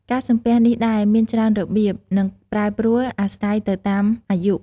ការសំពះនេះដែរមានច្រើនរបៀប និងប្រែប្រួលអាស្រ័យទៅតាមអាយុ។